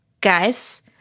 guys